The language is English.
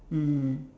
mmhmm